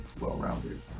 well-rounded